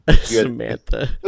Samantha